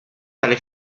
tale